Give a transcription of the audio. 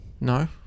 No